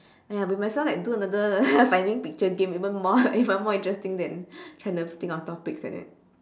!aiya! we might as well like do another finding picture game even more even more interesting than trying to think of topics like that